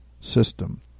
system